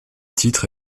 titres